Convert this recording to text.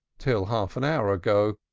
till half an hour ago.